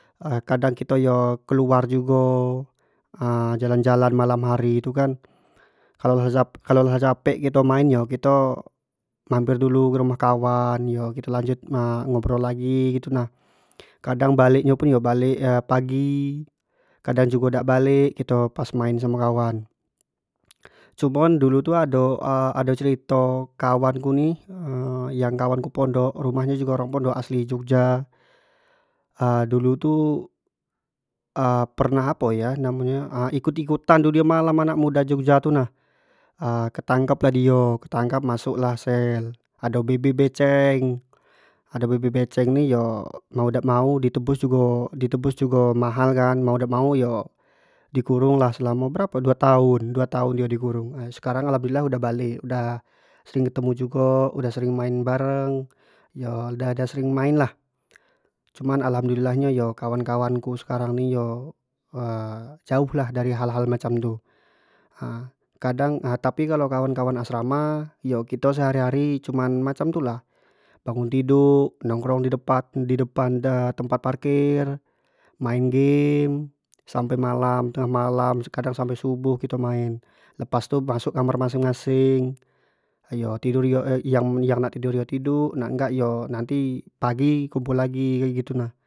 kadang kito yo keluar jugo jalan-jalan malam hari tu kan, kalau lah-kalau lah capek kito main yo kito mampir dulu ke rumah kawan yo kito lanjut ngobrol lagi gitu nah, kadang balek nyo pun yo balek pagi, kadang jugo dak balek main samo kawan, cuman dulu tu ado cerito kawan ku ni yang kawan ku pondok rumah nyo jugo orang pondok asli jogja dulu tu v pernah apo yo namo nyo ikut-ikutan dunia malam anak jogja tu nah ketangkap lah dio ketangkap masuk lah sel, ado bb beceng-ado bb beceng ni yo mau dak mau di tebus jugo-di tebus jugo mahal kan mau dak mau yo di tahan lah kurung lah selamo berapo berapo duo tahun, duo tahun dio dikurung, sekarang alhamdulillah udah balek, udah sering ketemu jugo udah erring main bareng yo udah da sering main lah, cuma alhamdulillah yo kawan-kawan ku sekarang ni yo jauh lah dari hal-hal macam tu ha kadang tapi kalau kawan-kawan asrama kito setiap hari cuman iyo macam tu lah, bangun tiduk nongkrong di depan tempat parkir, main game sampe malam tengah malam kadang sampai shubuh kito main lepas tu masuk kamar masing-masing yo tidur, yo yang nak tidur yo tiduk yang nak gak yo nanti kumpul lagi gitu nah.